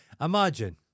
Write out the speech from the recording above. Imagine